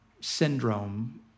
syndrome